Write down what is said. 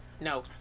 no